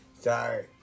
Sorry